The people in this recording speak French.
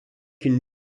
une